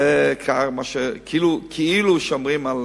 זה כאילו שומרים על